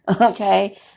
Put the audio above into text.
Okay